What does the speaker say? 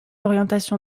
orientation